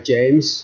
James